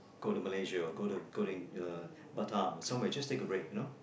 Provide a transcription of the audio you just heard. go to Malaysia go to go to in uh Batam so I might just take a break you know